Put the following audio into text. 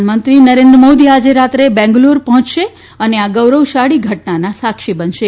પ્રધાનમંત્રી નરેન્દ્ર મોદી આજે રાત્રે બેંગલુડુ પહોંચશે અને આ ગૌરવશાળી ઘટનાના સાક્ષી બનશે